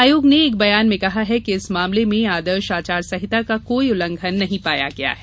आयोग ने एक बयान में कहा कि इस मामले में आदर्श आचार संहिता का कोई उल्लंघन नहीं पाया गया है